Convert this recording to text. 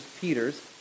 Peter's